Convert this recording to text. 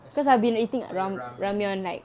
I setuju oh you ramen